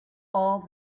all